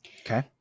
okay